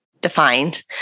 defined